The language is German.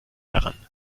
heran